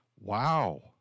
Wow